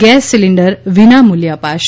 gas cylinder વિનામૂલ્યે અપાશે